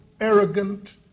arrogant